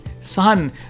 Son